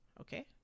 okay